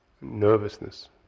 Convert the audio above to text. nervousness